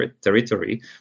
territory